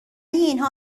اینها